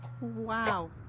Wow